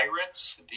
Pirates